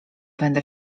będę